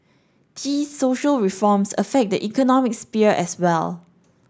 social reforms affect the economic sphere as well